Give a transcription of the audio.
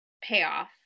payoff